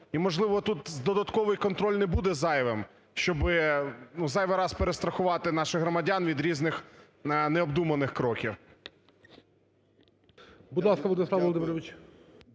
і, можливо, тут додатковий контроль не буде зайвий, щоби, ну, зайвий раз перестрахувати наших громадян від різних необдуманих кроків.